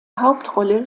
hauptrolle